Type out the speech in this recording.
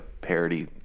parody